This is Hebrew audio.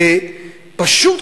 ופשוט,